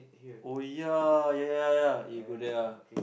oh ya ya ya ya eh go there ah